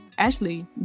Ashley